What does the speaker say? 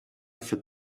für